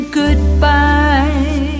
goodbye